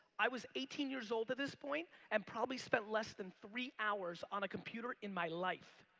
i was eighteen years old at this point and probably spent less than three hours on a computer in my life.